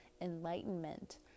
enlightenment